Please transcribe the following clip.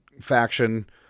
faction